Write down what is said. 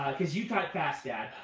because you type fast, dad.